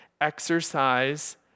exercise